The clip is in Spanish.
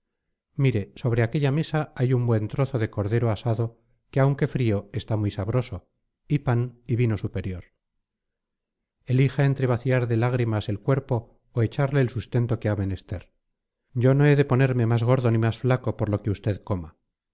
mire sobre aquella mesa hay un buen trozo de cordero asado que aunque frío está muy sabroso y pan y vino superior elija entre vaciar de lágrimas el cuerpo o echarle el sustento que ha menester yo no he de ponerme más gordo ni más flaco por lo que usted coma